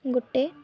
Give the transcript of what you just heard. ଗୋଟେ